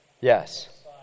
Yes